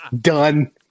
Done